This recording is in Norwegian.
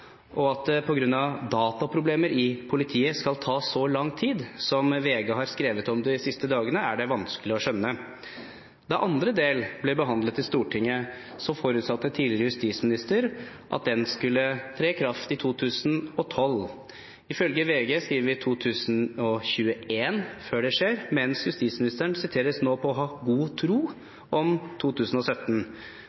At det på grunn av dataproblemer i politiet skal ta så lang tid som VG har skrevet om de siste dagene, er det vanskelig å skjønne. Da den andre delen ble behandlet i Stortinget, forutsatte tidligere justisminister at den skulle tre i kraft i 2012. Ifølge VG skriver vi 2021 før det skjer, mens justisministeren siteres nå på å «ha god tro»